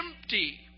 empty